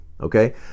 okay